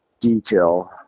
detail